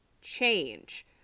change